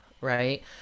right